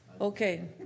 Okay